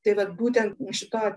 tai vat būtent šita